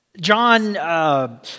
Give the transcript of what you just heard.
John